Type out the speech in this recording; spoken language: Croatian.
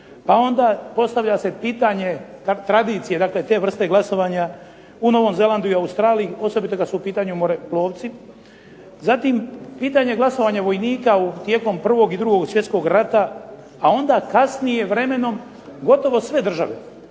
a onda postavlja se pitanje tradicije, dakle te vrste glasovanja u Novom zelandu i Australiji osobito kada su u pitanju moreplovci, zatim pitanje glasovanja vojnika tijekom 1. i 2. svjetskog rata, a onda kasnije vremenom gotovo sve države